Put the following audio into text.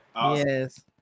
yes